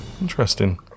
Interesting